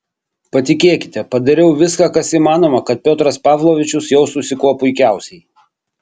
patikėkite padariau viską kas įmanoma kad piotras pavlovičius jaustųsi kuo puikiausiai